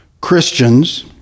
Christians